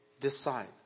decide